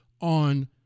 on